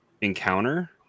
encounter